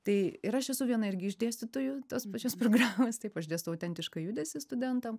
tai ir aš esu viena irgi iš dėstytojų tos pačios programos taip aš dėstau autentišką judesį studentam